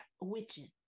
witching